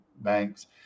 banks